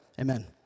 Amen